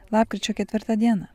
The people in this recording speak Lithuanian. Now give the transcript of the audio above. lapkričio ketvirta diena